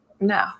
no